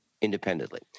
independently